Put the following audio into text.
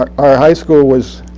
our high school was